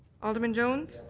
alderman jones?